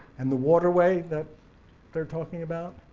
and the waterway that they're talking about